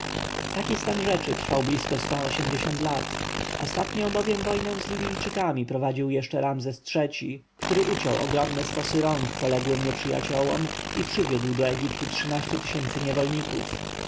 nilu taki stan rzeczy trwał blisko sto lat ostatnią bowiem wojnę z libijczykami prowadził jeszcze ramzes iii-ci który uciął ogromne stosy rąk poległym nieprzyjaciołom i przywiódł do egiptu